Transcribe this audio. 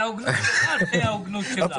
אני מעדיף את ההוגנות שלך על פני ההוגנות שלה.